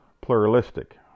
pluralistic